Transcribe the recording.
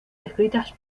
escritas